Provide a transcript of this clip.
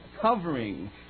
covering